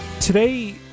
Today